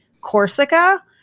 Corsica